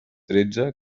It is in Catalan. tretze